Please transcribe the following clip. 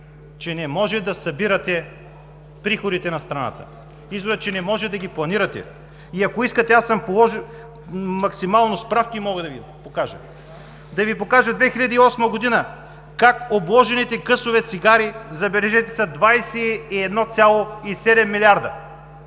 че не може да събирате приходите на страната. Изводът е, че не може да ги планирате. И ако искате максимално справки, мога да Ви покажа. Да Ви покажа 2008 г. как обложените късове цигари, забележете, са 21,7 милиарда.